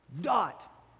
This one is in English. dot